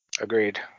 Agreed